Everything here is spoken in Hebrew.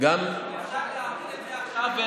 אפשר להעביר את זה עכשיו,